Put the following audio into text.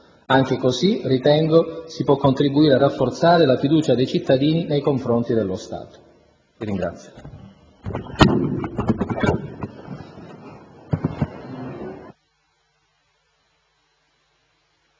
Anche così ritengo si può contribuire a rafforzare la fiducia dei cittadini nei confronti dello Stato. **Sul